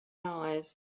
eyes